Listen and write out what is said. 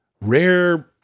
rare